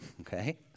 okay